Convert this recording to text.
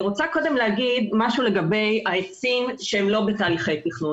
רוצה קודם לומר משהו לגבי העצים שהם לא בתהליכי תכנון.